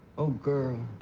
oh, girl.